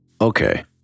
Okay